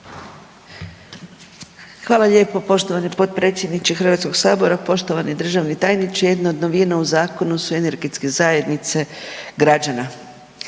Hvala lijepo poštovani potpredsjedniče Hrvatskoga sabora. Poštovani državni tajniče, jedna od novina u zakonu su energetske zajednice građana.